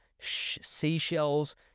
seashells